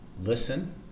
Listen